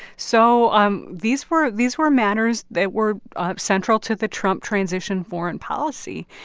so um these were these were matters that were central to the trump transition foreign policy.